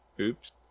Oops